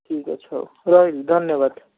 ଠିକ୍ ଅଛି ହଉ ରହିଲି ଧନ୍ୟବାଦ